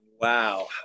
Wow